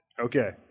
Okay